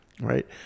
right